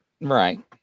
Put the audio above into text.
Right